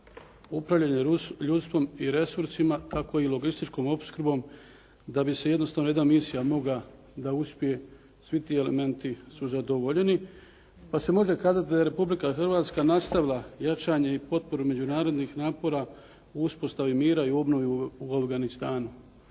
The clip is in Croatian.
upravljanje ljudstvom i resursima, tako i lobističkom opskrbom da bi se jednostavno jedna misija mogla da uspije svi ti elementi su zadovoljeni pa se može kazati da Republika Hrvatska nastavila jačanje i potporu međunarodnih napora u uspostavi mira i obnovi u Afganistanu.